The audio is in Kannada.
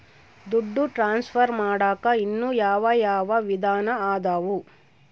ದುಡ್ಡು ಟ್ರಾನ್ಸ್ಫರ್ ಮಾಡಾಕ ಇನ್ನೂ ಯಾವ ಯಾವ ವಿಧಾನ ಅದವು?